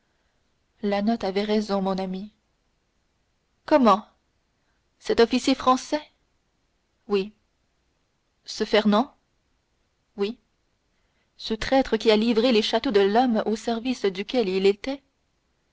la note avait raison mon ami comment cet officier français oui ce fernand oui ce traître qui a livré les châteaux de l'homme au service duquel il était